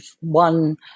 one